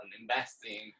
investing